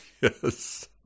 Yes